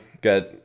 got